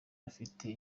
afite